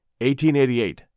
1888